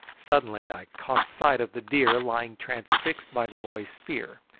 suddenly i caught sight of the deer lying transfixed by the boy's spear,